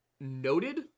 noted